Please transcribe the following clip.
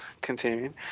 Continuing